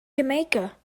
jamaica